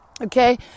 okay